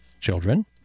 Children